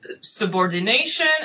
subordination